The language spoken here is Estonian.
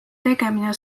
tegemine